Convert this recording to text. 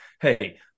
Hey